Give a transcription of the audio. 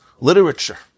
literature